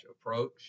approach